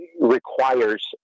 requires